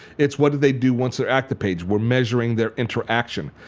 it's what do they do once they're at the page. we're measuring their interaction.